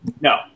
no